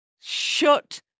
shut